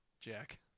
Jack